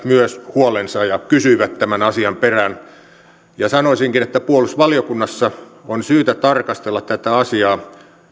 myös esittivät huolensa ja kysyivät tämän asian perään sanoisinkin että puolustusvaliokunnassa on syytä tarkastella tätä asiaa